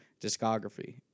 discography